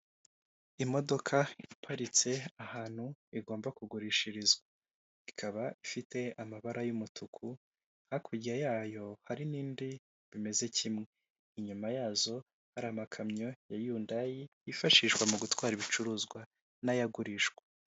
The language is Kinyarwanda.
Imodoka iparitse ahantu igomba kugurishirizwa ikaba ifite amabara y'umutuku hakurya yayo hari n'indi bimeze kimwe, inyuma yazo hari amakamyo ya yundayi yifashishwa mu gutwara ibicuruzwa n'ayo agurishwa.